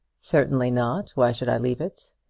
certainly not. why should i leave it?